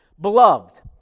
Beloved